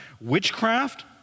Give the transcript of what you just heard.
witchcraft